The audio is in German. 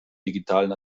digitalen